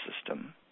system